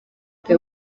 the